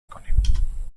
کنیم